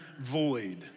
void